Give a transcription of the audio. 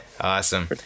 awesome